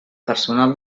personal